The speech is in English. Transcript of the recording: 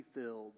filled